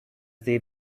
they